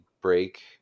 break